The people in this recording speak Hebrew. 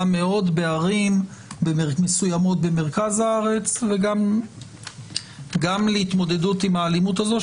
מאוד בערים מסוימות במרכז הארץ וגם להתמודדות עם האלימות הזו,